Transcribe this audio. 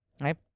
right